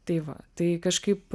tai va tai kažkaip